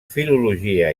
filologia